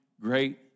great